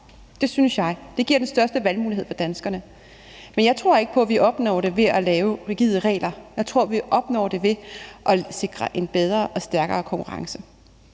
Det synes jeg. Det giver den største valgfrihed for danskerne. Men jeg tror ikke på, at vi opnår det ved at lave rigide regler. Jeg tror, at vi opnår det ved at sikre en bedre og stærkere konkurrence.